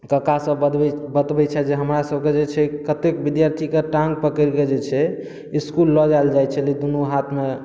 कका सभ बतबै छथि जे हमरा सभके जे छै कतेक बिद्यार्थीके टाँग पकड़िकेँ जे छै इसकुल लऽ जायल जाइत छलै दुनू हाथमे